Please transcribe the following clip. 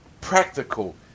practical